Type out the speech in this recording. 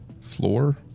Floor